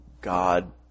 God